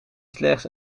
slechts